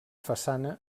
façana